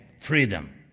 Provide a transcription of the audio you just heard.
freedom